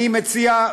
אני מציע,